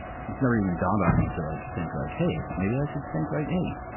it's never even dawned on me to like think like, hey, maybe i should think like, hey,